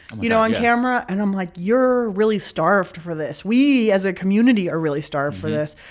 you know, on camera. and i'm like, you're really starved for this. we, as a community, are really starved for this.